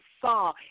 saw